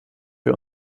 wir